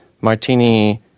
martini